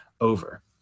over